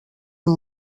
amb